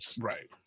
Right